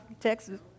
Texas